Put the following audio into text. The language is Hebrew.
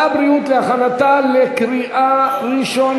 המשטרה רוצה לפתוח את החקירה של אירועי פקיעין מלפני שמונה